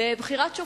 בבחירת שופטים,